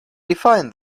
define